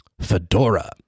Fedora